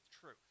truth